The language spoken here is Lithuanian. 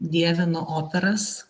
dievinu operas